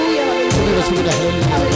Hallelujah